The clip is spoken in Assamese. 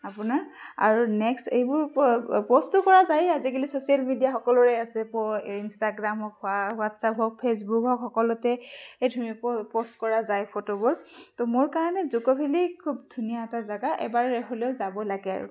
আপোনাৰ আৰু নেক্সট এইবোৰ ওপৰত প'ষ্টো কৰা যায় আজিকালি ছচিয়েল মিডিয়া সকলোৰে আছে ইনষ্ট্ৰাগ্ৰাম হওক হোৱাটচাপ হওক ফেচবুক হওক সকলোতে এই ধুনীয়াকৈ প'ষ্ট কৰা যায় ফটোবোৰ তহ মোৰ কাৰণে জুকো ভেলি খুব ধুনীয়া এটা জেগা এবাৰ হ'লেও যাব লাগে আৰু